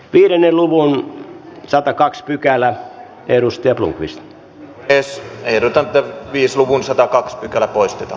viidennen luvun satakaks pykälää edusti ahlqvist ees hertan ja vii suuhunsa tarkat pykälä poistetaan